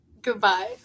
Goodbye